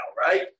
right